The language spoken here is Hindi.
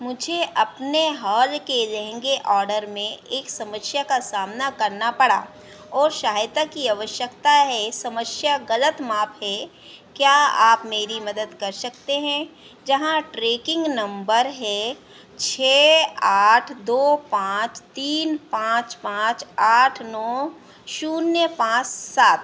मुझे अपने हाल के लहँगा ऑर्डर में एक समस्या का सामना करना पड़ा और सहायता की आवश्यकता है समस्या गलत माप है क्या आप मेरी मदद कर सकते हैं यहाँ ट्रैकिन्ग नम्बर है छह आठ दो पाँच तीन पाँच पाँच आठ नौ शून्य पाँच सात